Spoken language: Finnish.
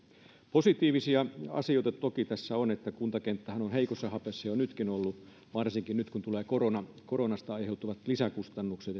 positiivinen asia tässä toki on se että kun kuntakenttähän on heikossa hapessa jo nytkin ollut ja on varsinkin nyt kun tulevat koronasta aiheutuvat lisäkustannukset